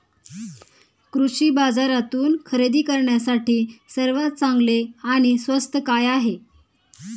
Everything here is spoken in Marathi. कृषी बाजारातून खरेदी करण्यासाठी सर्वात चांगले आणि स्वस्त काय आहे?